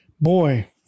Boy